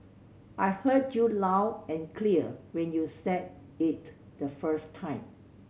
I heard you loud and clear when you said it the first time